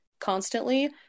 constantly